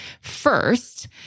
first